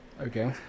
Okay